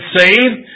saved